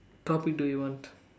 topic do you want